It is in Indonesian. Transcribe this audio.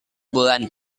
bulan